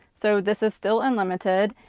so this is still unlimited.